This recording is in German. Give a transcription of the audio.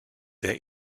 der